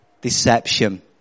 deception